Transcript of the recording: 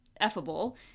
effable